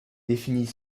définit